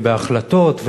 ובהחלטות,